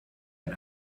ein